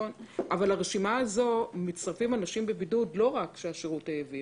אבל לרשימה הזו מצטרפים אנשים בבידוד לא רק שהשירות העביר